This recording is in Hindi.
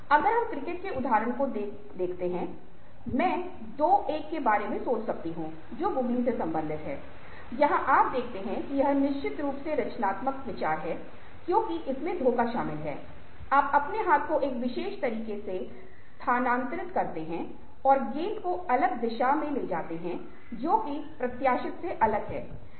अगर हम क्रिकेट के उदाहरण को देखते हुए कह सकते हैं कि मैं 2 1 के बारे में सोच सकता हूं जो गुगली से संबंधित है जहां आप देखते हैं कि यह निश्चित रूप से रचनात्मक विचार है क्योंकि इसमें धोखा शामिल है आप अपने हाथ को एक विशेष तरीके से स्थानांतरित करते हैं और गेंद को अलग दिशा में ले जाता है जो कि प्रत्याशित से अलग है